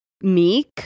Meek